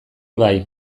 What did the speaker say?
bai